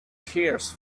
tears